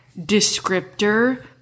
descriptor